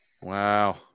Wow